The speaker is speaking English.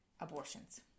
abortions